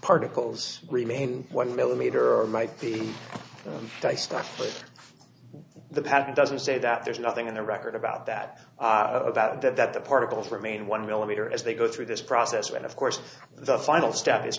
particles remain one millimeter or might be i stopped that the patent doesn't say that there's nothing in the record about that about that that the particles remain one millimeter as they go through this process but of course the final step is